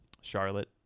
Charlotte